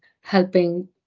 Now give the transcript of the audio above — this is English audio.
helping